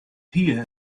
here